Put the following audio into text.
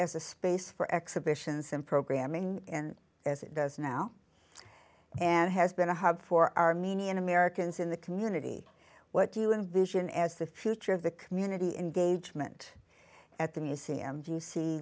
as a space for exhibitions and programming as it does now and has been a hub for armenian americans in the community what do you envision as the future of the community engagement at the museum